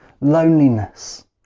loneliness